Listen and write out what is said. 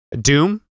Doom